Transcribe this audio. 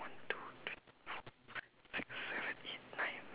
one two three four five six seven eight nine